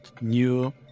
new